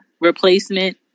replacement